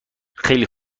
خیلی